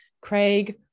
Craig